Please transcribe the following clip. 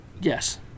Yes